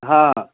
हँ